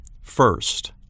first